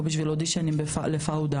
או בשביל אודישנים לפאודה,